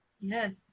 Yes